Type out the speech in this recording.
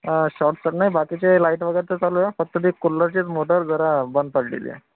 अं shock तर नाही बाकीचे लाईट वगैरे तर चालू आहे फक्त ते कूल्लरचीच मोटर जरा बंद पडलेली आहे